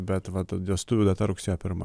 bet vat vestuvių data rugsėjo pirma